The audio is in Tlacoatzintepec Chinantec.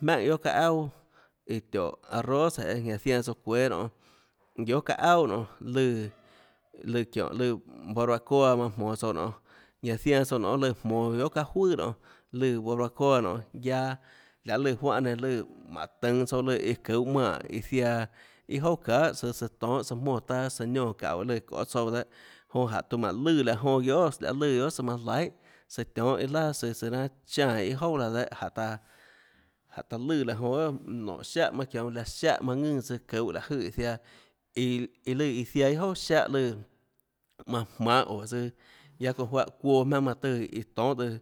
jmánhà guiohà çaâ auà iã tióhå arroz jeê ñanã zianã tsouã çuéâ nionê guiohà çaâ auà nonê lùã lùã çiónhå lùã barbacoa jmonå tsouã nonê ñanã zianã tsouã nonê lùã jmonå guiohà çaâ juøà nonê lùã barbacoa nonê guiaâ lahê lùã nenã juánhã nenã lùã mánhå tønå tsouã iã lùã çuhå manè iã ziaã iâ jouà çahà søã søã tonhâ søã jmónã taâ søã niónã çaúå lùã çoê tsouã dehâ jonã jáhå tuã mánhå lùã laã jonã guiohàs lahê lùã guiohà tsøã manã laihà søã tionhâ iâ laà søã søã raâ cháã iâ jouà laã dehâ taã jánhå taã lùã laã jonã guiohà nónhå siáhã manã çionå laã siáhã manã ðùnã tsøã çuhå láhå jøè iã ziaã iå iå lùã iã ziaã iâ jouà siáhã lùã manã jmanhå óå tsøã guiaâ çounã juáhã çuoã jmaønâ manã tùã iã tonhâ tsøã